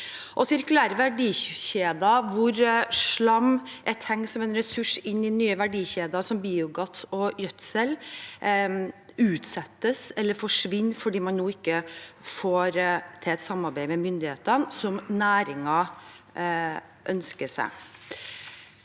Sirkulære verdikjeder, hvor slam er tenkt som en ressurs inn i nye verdikjeder, som biogass og gjødsel, utsettes eller forsvinner, fordi man nå ikke får til et samarbeid med myndighetene som næringen ønsker seg.